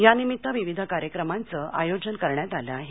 यानिमित्त विविध कार्यक्रमांचं आयोजन करण्यात आलं आहे